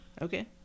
okay